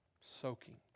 Soaking